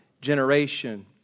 generation